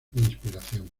inspiración